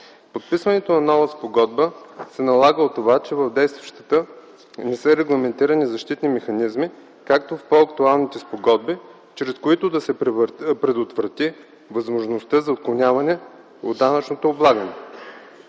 Подписването на нова спогодба се налага от това, че в действащата не са регламентирани защитни механизми, както в по-актуалните спогодби, чрез които да се предотврати възможността за отклонение от данъчното облагане.